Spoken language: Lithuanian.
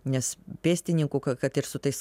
nes pėstininkų kad ir su tais